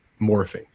morphing